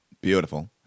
Beautiful